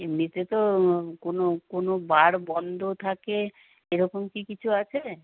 এমনিতে তো কোনো কোনো বার বন্ধ থাকে এরকম কি কিছু আছে